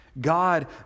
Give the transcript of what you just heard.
God